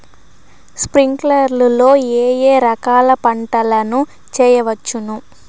స్ప్రింక్లర్లు లో ఏ ఏ రకాల పంటల ను చేయవచ్చును?